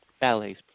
Ballet's